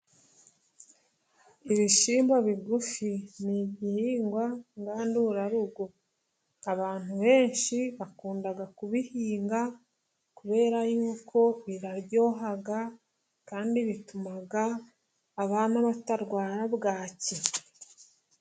Ibishyimbo bigufi ni igihingwa ngandurarugo. Abantu benshi bakunda kubihinga kubera yuko biryoha, kandi bituma abana batarwara bwaki.